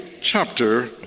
chapter